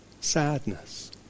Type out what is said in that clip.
sadness